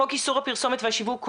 חוק איסור הפרסומת והשיווק,